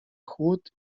chłód